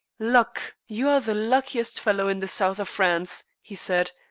luck! you're the luckiest fellow in the south of france! he said.